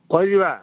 କରିବା